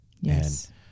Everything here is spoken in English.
Yes